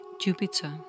Jupiter